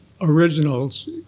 originals